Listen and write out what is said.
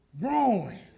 growing